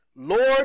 Lord